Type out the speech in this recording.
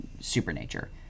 supernature